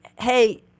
hey